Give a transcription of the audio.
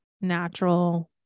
natural